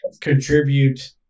contribute